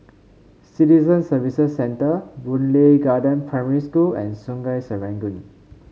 Citizen Services Centre Boon Lay Garden Primary School and Sungei Serangoon